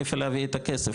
מאיפה להביא את הכסף,